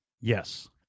yes